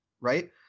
right